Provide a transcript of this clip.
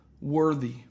worthy